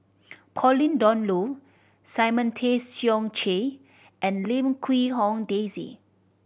Pauline Dawn Loh Simon Tay Seong Chee and Lim Quee Hong Daisy